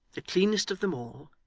the cleanest of them all,